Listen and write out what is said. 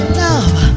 love